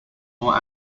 more